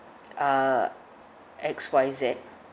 uh X Y Z